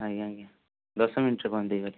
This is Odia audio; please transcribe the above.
ଆଜ୍ଞା ଆଜ୍ଞା ଦଶ ମିନିଟ୍ରେ ପହଞ୍ଚାଇ ଦେଇପାରିବେ